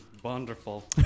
Wonderful